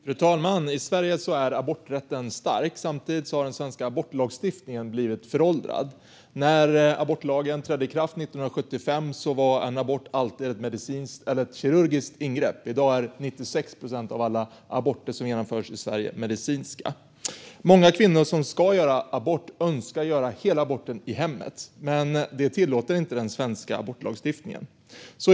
Fru talman! I Sverige är aborträtten stark, men samtidigt har den svenska abortlagstiftningen blivit föråldrad. När abortlagen trädde i kraft 1975 var en abort alltid ett kirurgiskt ingrepp, och i dag är 96 procent av alla aborter som genomförs i Sverige medicinska. Många kvinnor som ska göra abort önskar göra hela aborten i hemmet, men det tillåter inte den svenska abortlagstiftningen.